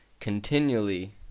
Continually